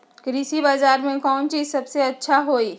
कृषि बजार में कौन चीज सबसे अच्छा होई?